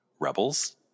rebels